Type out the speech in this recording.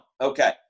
Okay